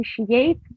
appreciate